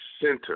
center